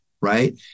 right